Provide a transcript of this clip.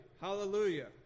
hallelujah